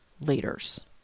leaders